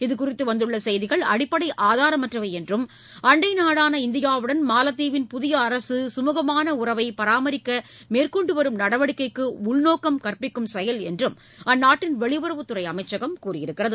இதுகுறித்து வந்துள்ள செய்திகள் அடிப்படை ஆதாரமற்றவை என்றும் அண்டை நாடான இந்தியாவுடன் மாலத்தீவின் புதிய அரசு குமுகமான உறவை பராமரிக்க மேற்கொண்டு வரும் நடவடிக்கைக்கு உள்நோக்கம் கற்பிக்கும் செயல் என்றும் அந்நாட்டின் வெளியுறவுத்துறை அமைச்சகம் கூறியுள்ளது